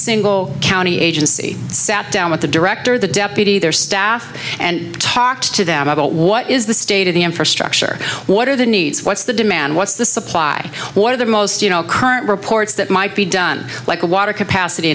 single county agency sat down with the director the deputy their staff and talked to them about what is the state of the infrastructure what are the needs what's the demand what's the supply what are the most you know current reports that might be done like a water capacity